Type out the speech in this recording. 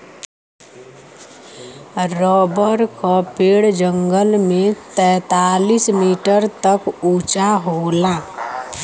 rubber क पेड़ जंगल में तैंतालीस मीटर तक उंचा होला